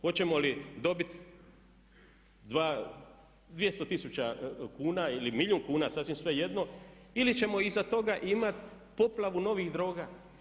Hoćemo li dobiti 200 tisuća kuna ili milijun kuna sasvim svejedno ili ćemo iza toga imati poplavu novih droga.